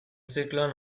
zikloan